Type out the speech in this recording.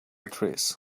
trees